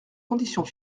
conditions